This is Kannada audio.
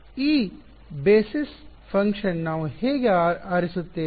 ಈ ಮೂಲ ಕಾರ್ಯಗಳನ್ನು ಬೇಸಿಸ್ ಫಂಕ್ಷನ್ ನಾವು ಹೇಗೆ ಆರಿಸುತ್ತೇವೆ